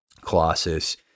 Colossus